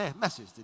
message